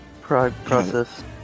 process